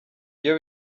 iyo